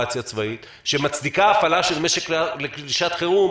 הזה מצדיע לכל חבריי מהרשויות המקומיות על כל האגפים שלהם.